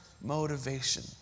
motivation